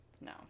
No